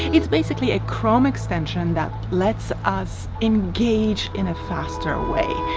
it's basically a chrome extension that lets us engage in a faster way.